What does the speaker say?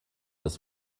des